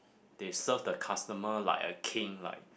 they serve the customer like a king like